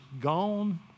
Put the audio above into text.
gone